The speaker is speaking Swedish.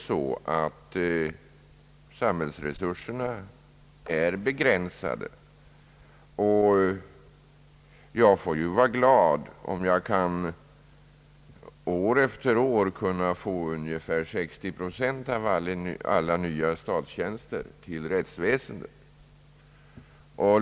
Samhällsresurserna är emellertid begränsade, och jag får ju vara glad om jag år efter år kan få ungefär 60 procent av alla nya statstjänster till rättsväsendet.